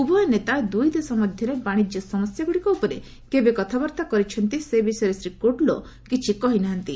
ଉଭୟ ନେତା ଦୁଇ ଦେଶ ମଧ୍ୟରେ ବାଣିଜ୍ୟ ସମସ୍ୟାଗୁଡ଼ିକ ଉପରେ କେବେ କଥାବାର୍ତ୍ତା କରିଛନ୍ତି ସେ ବିଷୟରେ ଶ୍ରୀ କୋଡ୍ଲୋ କିଛି କହି ନାହାନ୍ତି